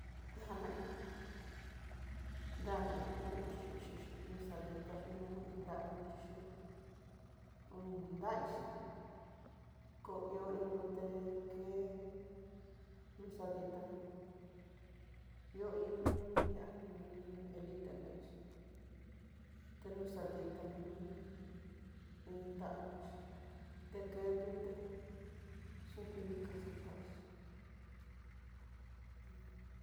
Ndana hí ndana uxi xhinxi xhin uu xaditaxhi, no ndaluxhixi ondaixhi ko ihó iin ndduté ke noxaditanó, ihó iin dunu tuya'á ná ni elité nani xhí ta nuxa dita nu iin da luxhi teke nrute xuku nikaxa nraixhi